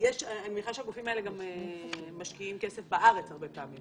אני מניחה שהגופים האלה גם משקיעים כסף בארץ הרבה פעמים.